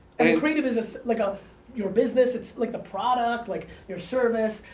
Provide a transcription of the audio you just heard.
and the creative is is like ah your business it's like the product, like your service,